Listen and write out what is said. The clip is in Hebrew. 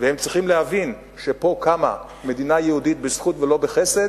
והם צריכים להבין שפה קמה מדינה יהודית בזכות ולא בחסד,